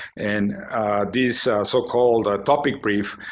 and this so-called ah topic brief,